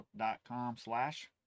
Facebook.com/slash